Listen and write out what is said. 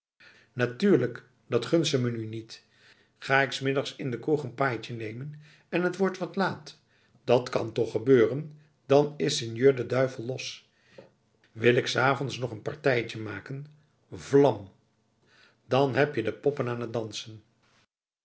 natuurlijk dat gunt ze me nu niet ga ik s middags in de kroeg n paitje nemen en t wordt wat laat dat kan toch gebeuren dan is sinjeur de duivel los wil ik s avonds nog n partijtje maken vlan dan heb je de poppen aan het dansen